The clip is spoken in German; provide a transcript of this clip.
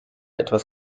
etwas